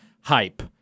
hype